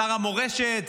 שר המורשת,